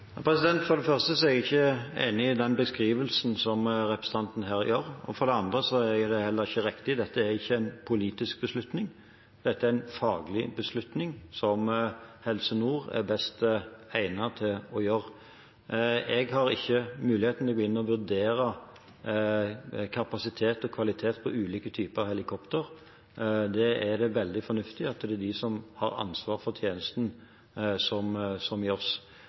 For det første er jeg ikke enig i beskrivelsen som representanten her gir. For det andre er det heller ikke riktig, dette er ikke en politisk beslutning, dette er en faglig beslutning, som Helse Nord er best egnet til å ta. Jeg har ikke mulighet til å gå inn og vurdere kapasitet og kvalitet på ulike typer helikopter, det er det veldig fornuftig at de som har ansvar for tjenesten, gjør. Helse Nord har laget kriteriene i anbudsdokumentet, sammen med Luftambulanse ANS, og det er de som